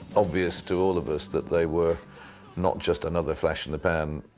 obvious to all of us that they were not just another flash-in-the-pan